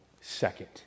second